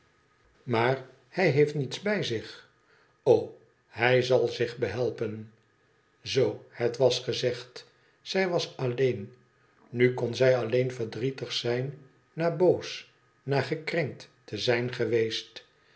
maar hij heeft niets bij zich o hij zal zich behelpen zoo het was gezegd zij was alleen nu kon zij allcen verdrietig zijn na boos na gekrenkt te zijn geweest